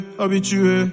habitué